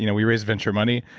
you know we raise venture money.